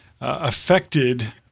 affected